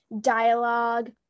Dialogue